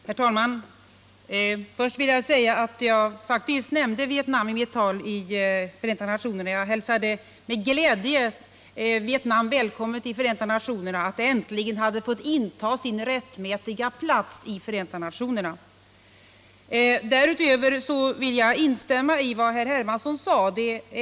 Herr talman! Först vill jag säga att jag faktiskt nämnde Vietnam i mitt tal i Förenta nationerna. Jag hälsade med glädje Vietnam välkommet i Förenta nationerna, att det äntligen hade fått inta sin rättmätiga plats där. Därutöver vill jag instämma i vad herr Hermansson sade beträffande hjälpbehovet.